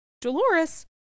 Dolores